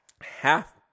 Half